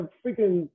freaking